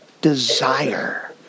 desire